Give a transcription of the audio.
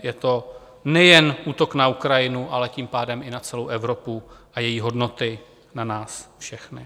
Je to nejen útok na Ukrajinu, ale tím pádem i na celou Evropu a její hodnoty na nás všechny.